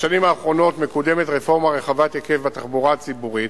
בשנים האחרונות מקודמת רפורמה רחבת היקף בתחבורה הציבורית,